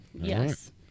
Yes